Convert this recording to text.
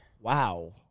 Wow